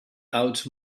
out